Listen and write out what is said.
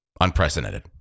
unprecedented